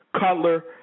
Cutler